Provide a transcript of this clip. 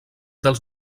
dels